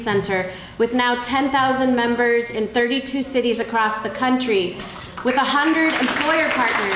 center with now ten thousand members in thirty two cities across the country with one hundred